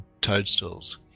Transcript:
toadstools